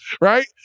right